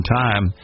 time